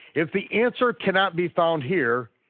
if the answer cannot be found here,